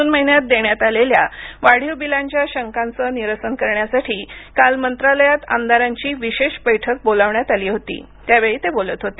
जून महिन्यात देण्यात आलेल्या वाढीव बिलांच्या शंकांचे निरसन करण्यासाठी काल मंत्रालयात आमदारांची विशेष बैठक बोलावण्यात आली होती त्यावेळी ते बोलत होते